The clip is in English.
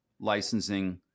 licensing